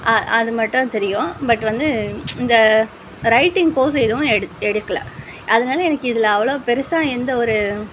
அது மட்டும் தெரியும் பட் வந்து இந்த ரைட்டிங் கோர்ஸ் எதுவும் எடுக்க எடுக்கல அதனால எனக்கு இதில் அவ்வளோ பெருசாக எந்த ஒரு